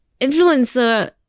influencer